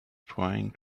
trying